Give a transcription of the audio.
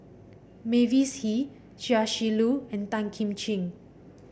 Mavis Hee Chia Shi Lu and Tan Kim Ching